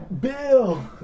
Bill